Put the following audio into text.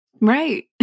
Right